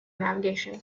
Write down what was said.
navigation